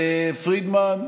פרידמן,